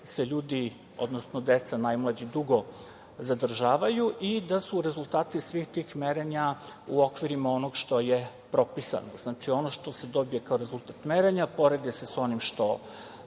se ljudi, odnosno deca, najmlađi dugo zadržavaju i da su rezultati svih tih merenja u okvirima onoga što je propisano. Znači, ono što se dobije kao rezultat merenja poredi se sa onim što